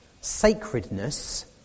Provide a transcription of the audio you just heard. sacredness